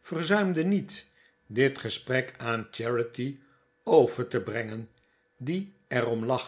verzuimde niet dit gesprek aan charity over te brengen die er